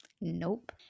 Nope